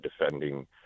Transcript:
defending